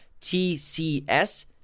TCS